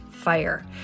fire